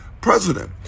president